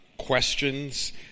Questions